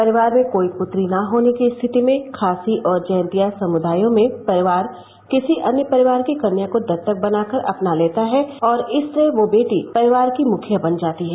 परिवार में कोई पुत्री न होने की स्थिति में खासी और जयन्तिया समुदायों में परिवार किसी अन्य परिवार की कन्या को दत्तक बनाकर अपना लेता है और इस तरह वह बेटी परिवार की मुखिया बन जाती है